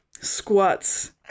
squats